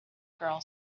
girl